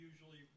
usually